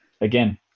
again